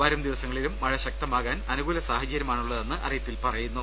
വരും ദിവസങ്ങളിലും മഴ ശക്തമാകാൻ അനു കൂല സാഹചര്യമാണുള്ളതെന്നും അറിയിപ്പിൽ പറയുന്നു